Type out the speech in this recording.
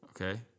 Okay